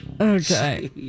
Okay